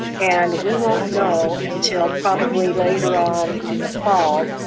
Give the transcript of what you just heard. and we won't know until probably later on in the fall,